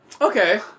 Okay